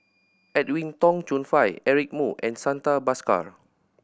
Edwin Tong Chun Fai Eric Moo and Santha Bhaskar